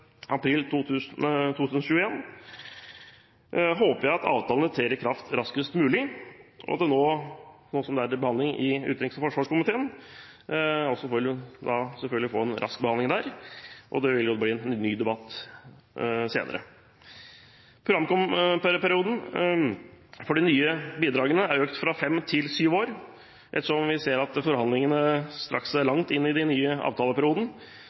april 2021, håper jeg at avtalene trer i kraft raskest mulig, og at de, når de nå er til behandling i utenriks- og forsvarskomiteen, selvfølgelig får en rask behandling der. Det vil bli en ny debatt senere. Programperioden for de nye bidragene er økt fra fem til syv år. Ettersom forhandlingene strakk seg langt inn i en ny avtaleperiode, sikrer en periode på syv år en mer forsvarlig utvikling og gjennomføring av programmene til de